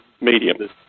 medium